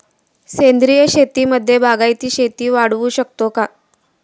सेंद्रिय शेतीमध्ये बागायती शेती वाढवू शकतो का?